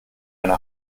eine